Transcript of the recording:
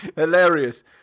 Hilarious